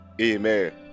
Amen